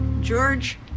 George